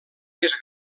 més